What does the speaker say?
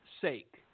sake